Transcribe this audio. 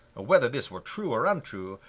whether this were true or untrue,